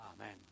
Amen